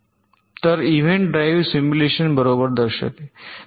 तर हे event drive simulation बरोबर दर्शवते